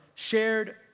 shared